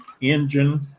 engine